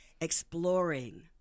exploring